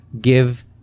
give